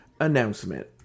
announcement